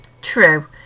true